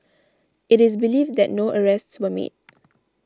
it is believed that no arrests were made